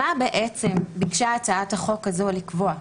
מה ביקשה הצעת החוק לקבוע?